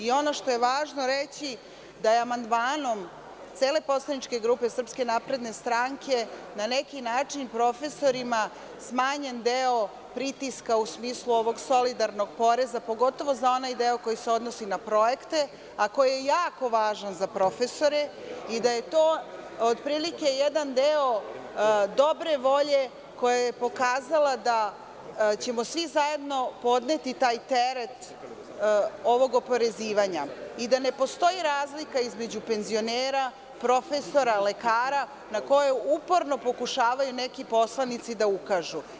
Ono što je važno reći jeste da je amandmanom cele poslaničke grupe SNS na neki način profesorima smanjen deo pritiska u smislu ovog solidarnog poreza, pogotovo za onaj deo koji se odnosi na projekte, a koji je jako važan za profesore i da je to otprilike jedan deo dobre volje koja je pokazala da ćemo svi zajedno podneti taj teret oporezivanja, da ne postoji razlika između penzionera, profesora, lekara na koje uporno pokušavaju neki poslanici da ukažu.